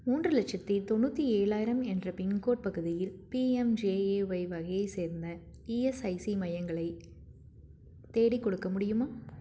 மூன்று லட்சத்தி தொண்ணூற்றி ஏழாயிரம் என்ற பின்கோட் பகுதியில் பிஎம்ஜேஏஒய் வகையை சேர்ந்த இஎஸ்ஐசி மையங்களை தேடிக்கொடுக்க முடியுமா